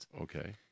Okay